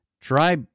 try